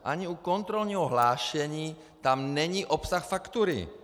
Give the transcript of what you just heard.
Ani u kontrolního hlášení tam není obsah faktury!